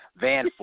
Van